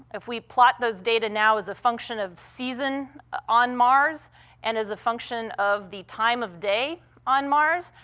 if we plot those data now as a function of season on mars and as a function of the time of day on mars,